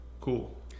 cool